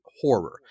horror